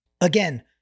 again